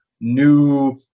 new